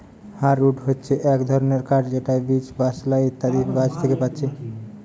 hardwood হচ্ছে এক ধরণের কাঠ যেটা বীচ, বালসা ইত্যাদি গাছ থিকে পাচ্ছি